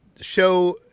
show